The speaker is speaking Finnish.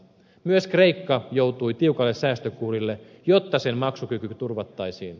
myös kreikka joutui tiukalle säästökuurille jotta sen maksukyky turvattaisiin